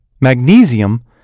magnesium